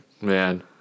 man